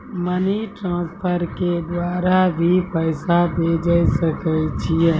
Money transfer के द्वारा भी पैसा भेजै सकै छौ?